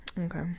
Okay